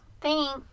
Thanks